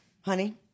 honey